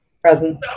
Present